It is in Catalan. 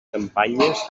campanyes